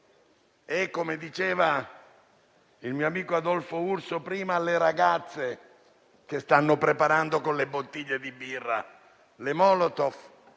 - come diceva il mio amico Adolfo Urso prima - alle ragazze che stanno preparando con le bottiglie di birra le Molotov,